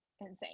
insane